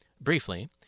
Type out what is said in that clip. Briefly